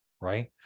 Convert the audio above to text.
right